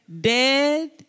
Dead